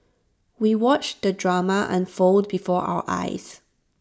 we watched the drama unfold before our eyes